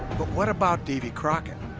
but what about davy crockett